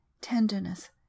tenderness